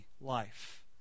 life